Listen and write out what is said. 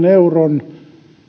euron